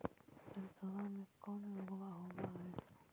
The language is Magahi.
सरसोबा मे कौन रोग्बा होबय है?